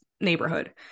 neighborhood